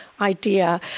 idea